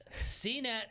CNET